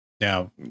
now